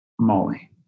molly